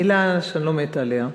מילה שאני לא מתה עליה,